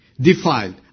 defiled